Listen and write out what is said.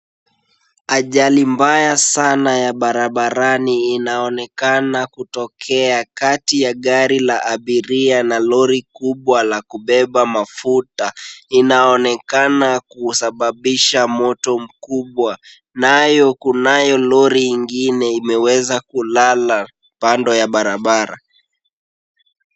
Ajali mbaya sana ya barabarani inaonekana kutokea kati ya gari la abiria na lori kubwa la kubeba mafuta. Inaonekana kusababisha moto mkubwa nayo kunayo Lori ingine imeweza kulala kando ya barabara.